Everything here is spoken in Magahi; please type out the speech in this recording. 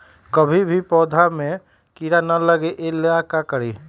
कभी भी पौधा में कीरा न लगे ये ला का करी?